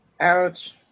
Ouch